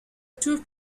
two